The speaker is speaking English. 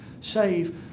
save